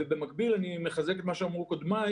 ובמקביל אני מחזק את מה שאמרו קודמיי,